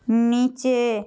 নিচে